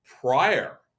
prior